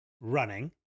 running